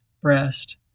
breast